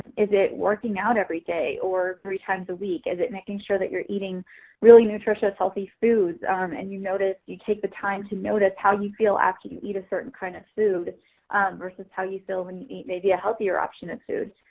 is it working out everyday or three times a week? is it making sure that you're eating really nutritious healthy foods um and you notice you take the time to notice how you feel after you eat a certain kind of food versus how you feel so when you eat maybe a healthier option and of